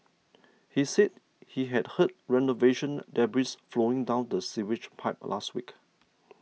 he said he had heard renovation debris flowing down the sewage pipe last week